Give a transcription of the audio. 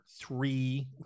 three